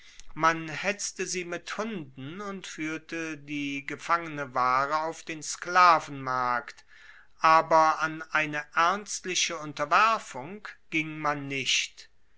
man hetzte sie mit hunden und fuehrte die gefangene ware auf den sklavenmarkt aber an eine ernstliche unterwerfung ging man nicht